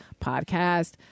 podcast